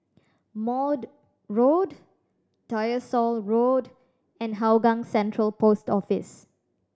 Maude Road Tyersall Road and Hougang Central Post Office